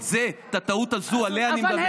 את זה, הטעות הזאת, עליה אני מדבר.